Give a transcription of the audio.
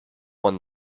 won